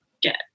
get